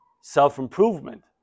self-improvement